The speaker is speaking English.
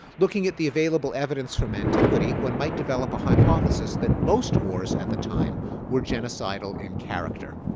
looking at the available evidence from antiquity one might developed a hypothesis that most wars at the time were genocidal in character.